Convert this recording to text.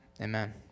Amen